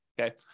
Okay